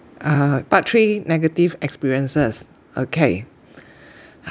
uh part three negative experiences okay